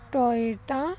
Toyota